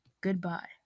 Goodbye